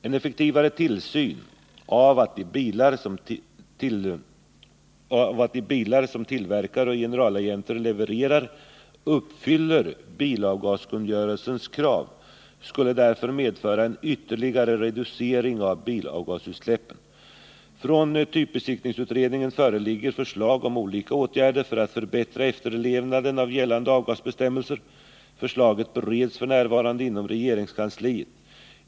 En effektivare tillsyn av att de bilar som tillverkare och generalagenter levererar uppfyller bilavgaskungörelsens krav skulle därför medföra en ytterligare reducering av bilavgasutsläppen. Från typbesiktningsutredningen föreligger förslag om olika åtgärder för att förbättra efterlevnaden av gällande avgasbestämmelser. Förslaget bereds f. n. inom regeringskansliet.